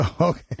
Okay